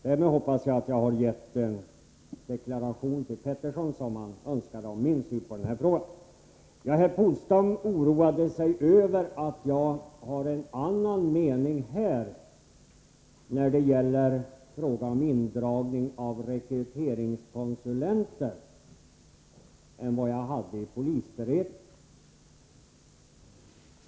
Därmed hoppas jag att jag har gett den deklaration till Hans Petersson som han önskade om min syn på den här frågan. Herr Polstam oroade sig över att jag har en annan mening här när det gäller frågan om indragning av rekryteringskonsulenter än jag hade i polisberedningen.